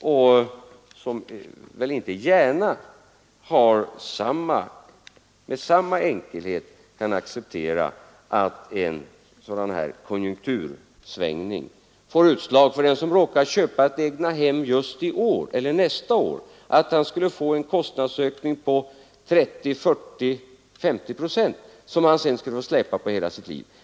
Det är väl inte så enkelt att konsumenterna kan acceptera att en sådan här konjunktursvängning får det utslaget att den som råkar köpa ett egnahem just i år eller nästa år får en kostnadsökning på 30, 40 eller 50 procent som han sedan skulle få släpa på hela sitt liv.